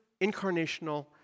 incarnational